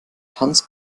tanz